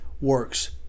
works